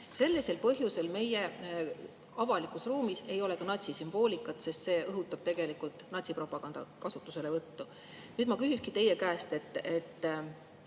Sellisel põhjusel meie avalikus ruumis ei ole ka natsisümboolikat, sest see õhutab natsipropaganda kasutuselevõttu. Nüüd ma küsingi teie käest.